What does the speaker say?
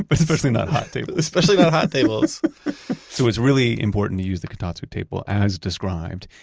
but especially not hot tables. especially not hot tables so it's really important to use the kotatsu table as described.